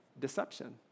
Deception